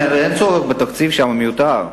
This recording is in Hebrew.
אין צורך בתקציב שהוא מיותר.